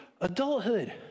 adulthood